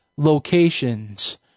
locations